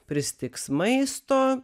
pristigs maisto